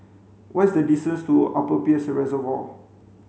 what is the distance to Upper Peirce Reservoir